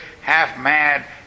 half-mad